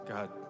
God